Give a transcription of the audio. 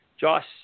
Josh